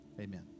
Amen